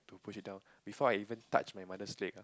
to push it down before I even touch my mother's leg